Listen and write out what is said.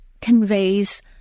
conveys